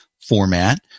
format